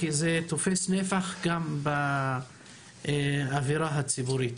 כי זה תופס נפח גם באווירה הציבורית.